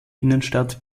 innenstadt